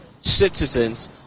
citizens